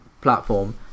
platform